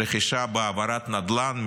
רכישה בהעברת נדל"ן מהחברה,